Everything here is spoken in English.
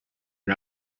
and